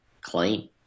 clean